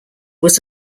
was